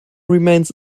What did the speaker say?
remains